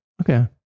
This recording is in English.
okay